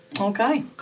Okay